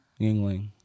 Yingling